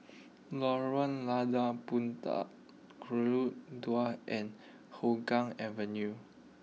Lorong Lada Puteh Dua and Hougang Avenue